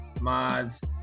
Mods